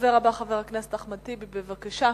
הדובר הבא, חבר הכנסת אחמד טיבי, בבקשה.